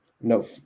No